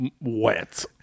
wet